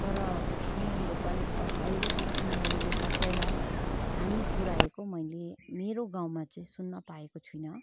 तर उनीहरू पनि अहिलेसम उनीहरूले कसैलाई हानी पुऱ्याएको मैले मेरो गाउँमा चाहिँ सुन्न पाएको छुइनँ